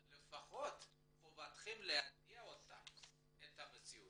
אבל לפחות חובתכם ליידע אותם על המציאות.